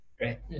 Right